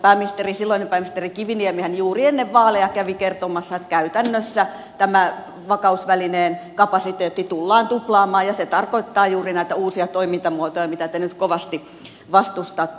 silloinen pääministeri kiviniemihän juuri ennen vaaleja kävi kertomassa että käytännössä tämä vakausvälineen kapasiteetti tullaan tuplaamaan ja se tarkoittaa juuri näitä uusia toimintamuotoja mitä te nyt kovasti vastustatte